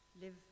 Live